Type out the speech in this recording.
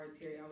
Terry